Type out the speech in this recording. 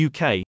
UK